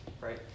right